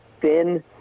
thin